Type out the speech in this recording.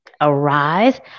arise